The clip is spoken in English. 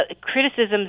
criticisms